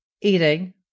Eating